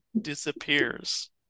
disappears